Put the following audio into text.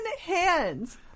hands